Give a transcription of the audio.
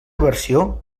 versió